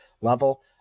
level